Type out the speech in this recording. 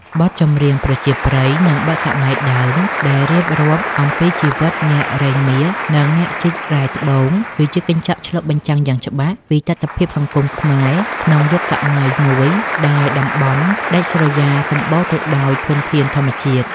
បទចម្រៀងប្រជាប្រិយ និងបទសម័យដើមដែលរៀបរាប់អំពីជីវិតអ្នករែងមាស និងអ្នកជីករ៉ែត្បូង គឺជាកញ្ចក់ឆ្លុះបញ្ចាំងយ៉ាងច្បាស់ពីតថភាពសង្គមខ្មែរក្នុងយុគសម័យមួយដែលតំបន់ដាច់ស្រយាលសម្បូរទៅដោយធនធានធម្មជាតិ។